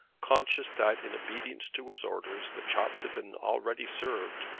conscious that in obedience to his orders the chops had been already served,